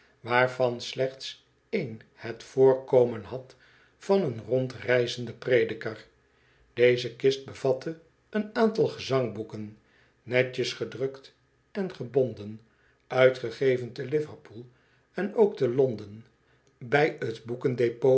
waarvan slechts een het voorkomen had van een rondreizenden prediker deze kist bevatte een aantal gezangboeken netjes gedrukt en gebonden uitgegeven te liverpool en ook te londen bij t